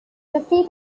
fifty